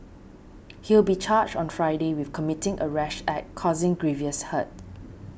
he will be charged on Friday with committing a rash act causing grievous hurt